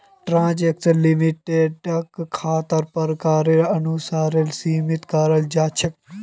transaction लिमिटक खातार प्रकारेर अनुसारेर सीमित कराल जा छेक